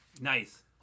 Nice